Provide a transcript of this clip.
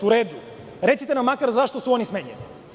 U redu, recite nam makar zašto su oni smenjeni?